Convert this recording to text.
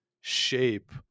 shape